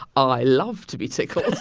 i love to be tickled